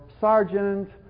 sergeant